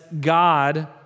God